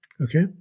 Okay